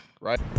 right